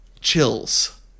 chills